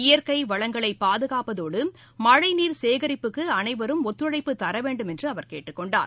இயற்கை வளங்களை பாதுகாப்பதோடு மழை நீர் சேகரிப்புக்கு அனைவரும் ஒத்துழைப்பு தர வேண்டும் என்று அவர் கேட்டுக்கொண்டார்